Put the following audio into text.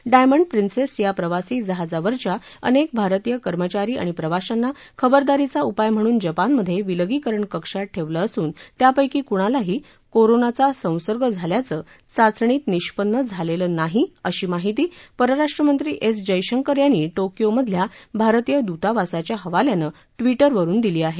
diamond Princess या प्रवासी जहाजावरच्या अनेक भारतीय कर्मचारी आणि प्रवाशांना खबरदारीचा उपाय म्हणून जपानमध्ये विलगीकरण कक्षात ठेवलं असून त्यापैकी कुणालाही कोरोनाचा संसर्ग झाल्याचं चाचणीत निष्पन्न झालेलं नाही अशी माहिती परराष्ट्रमंत्री एस जयशंकर यांनी टोकियो मधल्या भारतीय दूतावासाच्या हवाल्यानं ट्विटरवरून दिली आहे